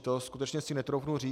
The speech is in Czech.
To si skutečně netroufnu říct.